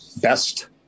best